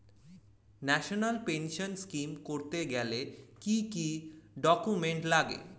National pension scheme করতে গেলে কি কি ডকুমেন্ট লাগে?